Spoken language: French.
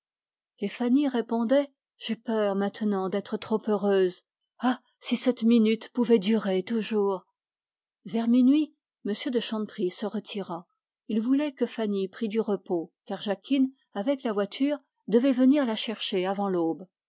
et fanny répondait j'ai peur maintenant d'être trop heureuse ah si cette minute pouvait durer toujours il voulait que fanny prît du repos car jacquine avec la voiture devait venir la chercher avant l'aube